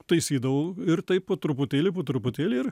taisydavau ir taip po truputėlį po truputėlį ir